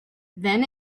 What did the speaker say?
then